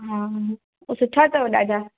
हा हा त सुठा अथव ॾाढा